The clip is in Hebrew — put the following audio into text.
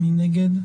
מי נגד?